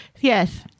Yes